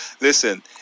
listen